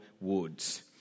Woods